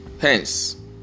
hence